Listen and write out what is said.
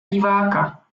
diváka